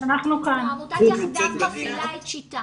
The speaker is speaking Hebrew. את --- עמותת יחדיו מפעילה את 'שיטה'.